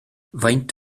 faint